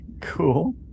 cool